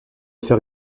fait